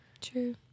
True